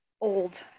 Old